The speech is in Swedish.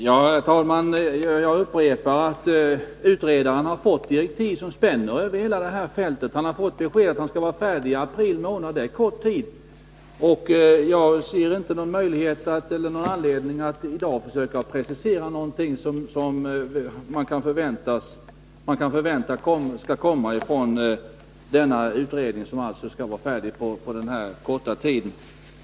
Herr talman! Jag upprepar att utredaren har fått direktiv som spänner över hela fältet, och han har fått besked att han skall vara färdig i april månad — det är kort tid. Jag ser inte någon möjlighet eller anledning att i dag försöka precisera någonting som kan förväntas komma från denna utredning, som alltså skall vara färdig på denna korta tid.